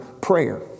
prayer